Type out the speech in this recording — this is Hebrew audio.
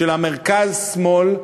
של המרכז-שמאל,